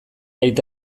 aita